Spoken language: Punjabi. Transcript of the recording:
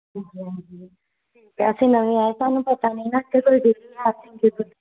ਹਾਂਜੀ ਹਾਂਜੀ ਵੈਸੇ ਨਵੇਂ ਆਏ ਸਾਨੂੰ ਪਤਾ ਨਹੀਂ ਨਾ ਇੱਥੇ ਕੋਈ ਡੇਅਰੀ ਹੈ